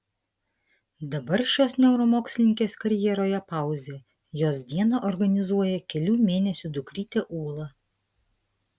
dabar šios neuromokslininkės karjeroje pauzė jos dieną organizuoja kelių mėnesių dukrytė ūla